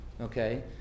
Okay